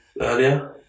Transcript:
earlier